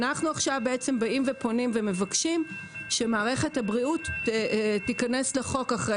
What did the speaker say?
אנו כעת פונים ומבקשים שמערכת הבקיאות תיכנס לחוק אחרי